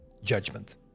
judgment